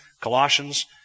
Colossians